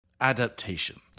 adaptation